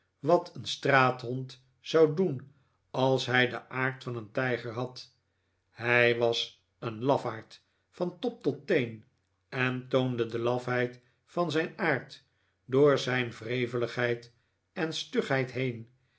wat een straathond zou doen als hij den aard van een tijger had hij was een lafaard van top tot teen en toonde de lafheid van zijn aard door zijn wreveligheid en stugheid heen